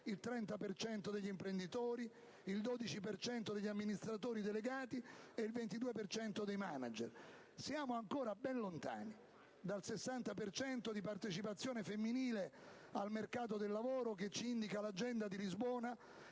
cento degli imprenditori, il 12 per cento degli amministratori delegati e il 22 per cento dei *manager*. Siamo ancora ben lontani dal 60 per cento di partecipazione femminile al mercato del lavoro che ci indica l'Agenda di Lisbona;